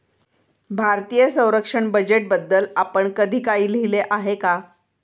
भारतीय संरक्षण बजेटबद्दल आपण कधी काही लिहिले आहे का?